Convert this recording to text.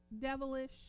devilish